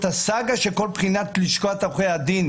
הסאגה שעוברת כל בחינה של לשכת עורכי הדין,